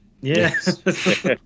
Yes